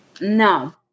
No